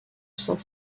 saint